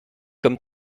comme